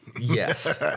Yes